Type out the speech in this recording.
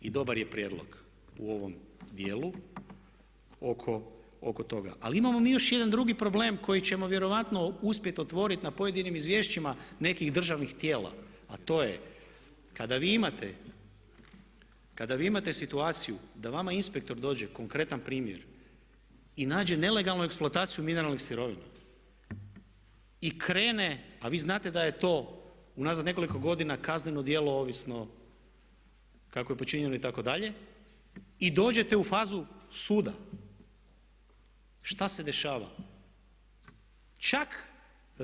I dobar je prijedlog u ovom dijelu oko toga, ali imamo mi još jedan drugi problem koji ćemo vjerojatno uspjeti otvoriti na pojedinim izvješćima nekih državnih tijela a to je kada vi imate situaciju da vama inspektor dođe, konkretan primjer i nađe nelegalnu eksploataciju mineralnih sirovina i krene, a vi znate da je to u nazad nekoliko godina kazneno djelo ovisno kako je počinjeno itd. i dođete u fazu suda, šta se dešava?